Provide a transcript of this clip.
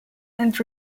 and